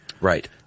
Right